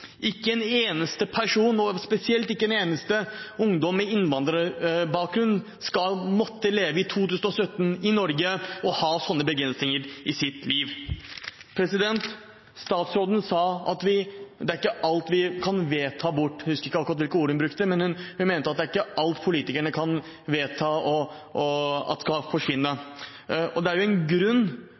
Ikke en eneste person, og spesielt ikke en eneste ungdom med innvandrerbakgrunn, skal måtte leve i 2017 i Norge og ha sånne begrensninger i sitt liv. Statsråden sa at det er ikke alt vi kan vedta bort. Jeg husker ikke akkurat hvilke ord hun brukte, men hun mente at det er ikke alt politikerne kan vedta skal forsvinne. Det er en grunn til at sosial kontroll finnes i Norge i dag. Det er en grunn